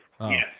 Yes